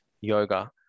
yoga